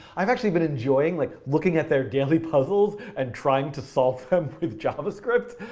i've actually been enjoying like looking at their daily puzzles and trying to solve them with javascript,